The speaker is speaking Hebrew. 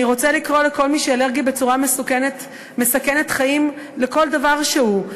אני רוצה לקרוא לכל מי שאלרגי בצורה מסכנת חיים לכל דבר שהוא,